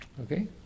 Okay